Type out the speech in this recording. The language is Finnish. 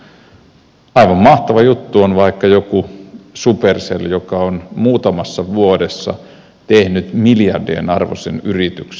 aivan mahtava juttu on vaikka joku supercell joka on muutamassa vuodessa tehnyt miljardien arvoisen yrityksen